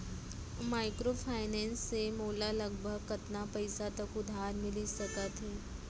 Microfinance से मोला लगभग कतना पइसा तक उधार मिलिस सकत हे?